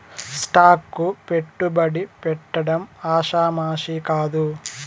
stock కు పెట్టుబడి పెట్టడం ఆషామాషీ కాదు